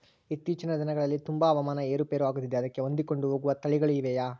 ಇತ್ತೇಚಿನ ದಿನಗಳಲ್ಲಿ ತುಂಬಾ ಹವಾಮಾನ ಏರು ಪೇರು ಆಗುತ್ತಿದೆ ಅದಕ್ಕೆ ಹೊಂದಿಕೊಂಡು ಹೋಗುವ ತಳಿಗಳು ಇವೆಯಾ?